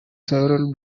several